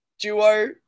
duo